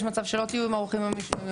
יש מצב שלא תהיו ערוכים עם הממשק.